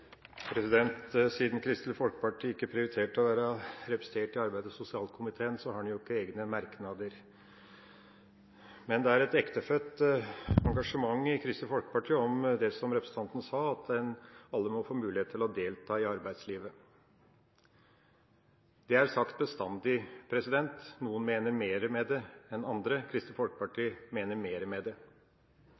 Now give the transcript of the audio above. Siden Kristelig Folkeparti ikke prioriterte å være representert i arbeids- og sosialkomiteen, har en jo ikke egne merknader. Men det er et ektefødt engasjement i Kristelig Folkeparti for – som representanten sa – at alle må få mulighet til å delta i arbeidslivet. Det er sagt bestandig. Noen mener mer med det enn andre. Kristelig Folkeparti mener mer med det.